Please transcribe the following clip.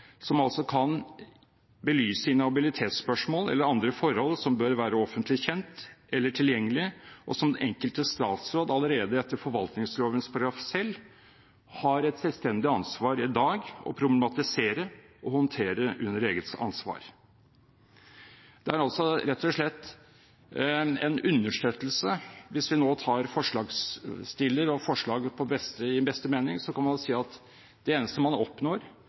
er altså rett og slett en understøttelse. Hvis vi nå tar forslagsstiller og forslaget i beste mening, så kan man si at det eneste man oppnår,